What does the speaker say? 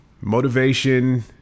Motivation